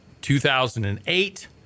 2008